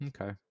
Okay